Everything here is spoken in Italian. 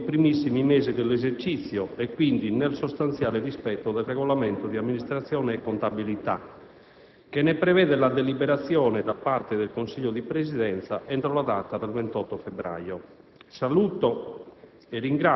entro i primissimi mesi dell'esercizio e quindi nel sostanziale rispetto del Regolamento di amministrazione e contabilità, che ne prevede la deliberazione da parte del Consiglio di Presidenza entro la data del 28 febbraio. Saluto